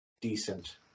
decent